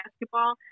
basketball